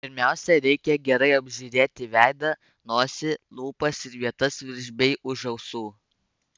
pirmiausia reikia gerai apžiūrėti veidą nosį lūpas ir vietas virš bei už ausų